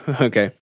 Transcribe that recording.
okay